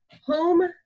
home